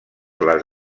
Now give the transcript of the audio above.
les